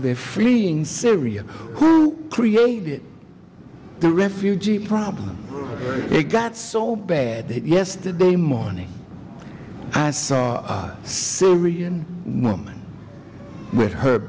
they're freeing syria who created the refugee problem it got so bad that yesterday morning i saw syrian woman with her